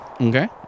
okay